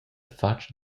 fatg